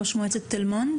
ראש מועצת תל מונד.